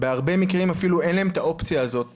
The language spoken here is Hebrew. בהרבה מקרים אפילו אין להם את האופציה הזאת בכלל.